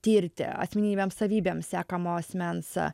tirti asmenybėms savybėms sekamo asmens